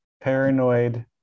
Paranoid